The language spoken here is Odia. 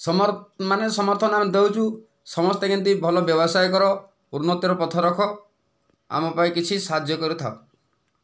ସମର୍ଥନ ଦେଉଛୁ ସମସ୍ତେ କେମିତି ଭଲ ବ୍ୟବସାୟ କର ଉନ୍ନତିର ପଥ ରଖ ଆମ ପାଇଁ କିଛି ସାହାଯ୍ୟ କରିଥାଅ